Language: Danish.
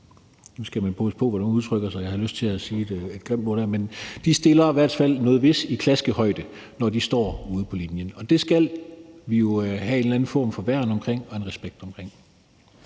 nu skal man passe på, hvordan man udtrykker sig; jeg havde lyst til at sige et grimt ord der – at sætte noget vist noget i klaskehøjde. Det skal vi jo have en eller anden form for værn omkring og en respekt omkring.